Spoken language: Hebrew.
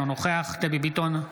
אינו נוכח דבי ביטון,